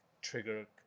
trigger